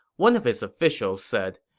one of his officials said,